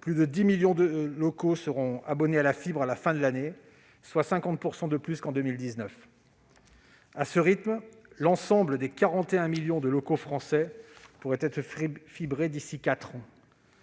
plus 10 millions de locaux seront abonnés à la fibre à la fin de l'année, soit 50 % de plus qu'en 2019. À ce rythme, l'ensemble des 41 millions de locaux français pourraient être fibrés d'ici à